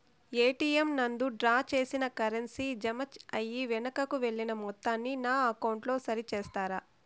ATM నందు draw చేసిన currency jam అయి వెనుకకు వెళ్లిన మొత్తాన్ని నా అకౌంట్ లో సరి చేస్తారా?